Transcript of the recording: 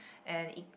and